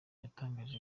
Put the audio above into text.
yatangaje